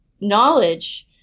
knowledge